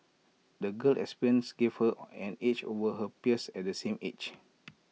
the girl's experiences gave her an edge over her peers at the same age